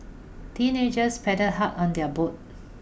teenagers paddled hard on their boat